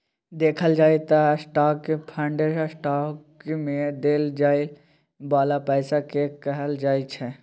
देखल जाइ त स्टाक फंड स्टॉक मे देल जाइ बाला पैसा केँ कहल जाइ छै